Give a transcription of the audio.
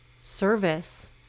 service